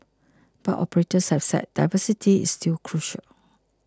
but operators have said diversity is still crucial